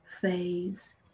phase